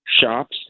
shops